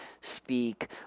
speak